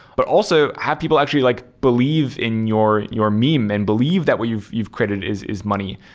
but also have people actually like believe in your your meme and believe that what you've you've created is is money.